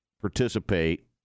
participate